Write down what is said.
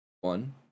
one